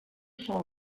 sol